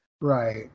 Right